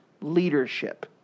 leadership